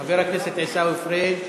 חבר הכנסת עיסאווי פריג'